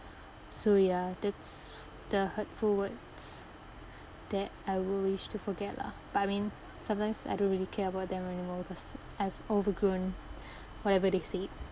so ya that's the hurtful words that I will wish to forget lah but I mean sometimes I don't really care about them anymore because I've overgrown whatever they said